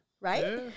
right